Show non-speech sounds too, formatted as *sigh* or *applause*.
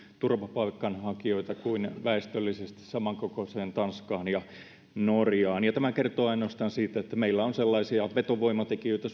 turvapaikanhakijoita kuin väestöllisesti samankokoiseen tanskaan ja norjaan tämä kertoo ainoastaan siitä että meillä on suomessa sellaisia vetovoimatekijöitä *unintelligible*